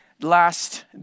last